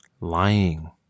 lying